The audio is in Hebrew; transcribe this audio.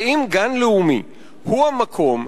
האם גן לאומי הוא המקום,